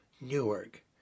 Newark